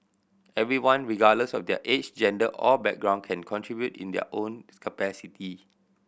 everyone regardless of their age gender or background can contribute in their own capacity